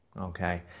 Okay